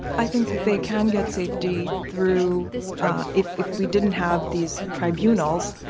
i think that they can get safety through ah if if we didn't have these tribunals,